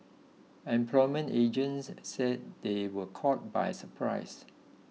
employment agents said they were caught by surprise